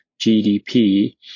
GDP